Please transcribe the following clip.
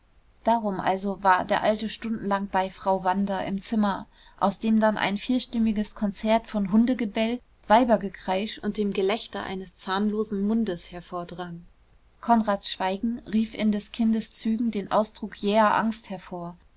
darum also war der alte stundenlang bei frau wanda im zimmer aus dem dann ein vielstimmiges konzert von hundegebell weibergekreisch und dem gelächter eines zahnlosen mundes hervordrang konrads schweigen rief in des kindes zügen den ausdruck jäher angst hervor